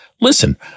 listen